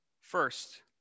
First